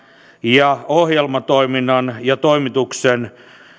ja ohjelmatoiminnan ja toimituksen